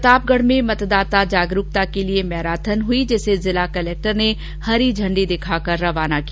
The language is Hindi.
प्रतापगढ में आज मतदाता जागरूकता के लिए मैराथन हुई जिसे जिला कलेक्टर ने हरी झण्डी दिखाकर रवाना किया